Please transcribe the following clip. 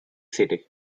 city